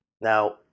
Now